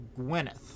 Gwyneth